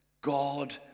God